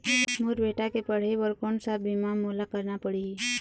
मोर बेटा के पढ़ई बर कोन सा बीमा मोला करना पढ़ही?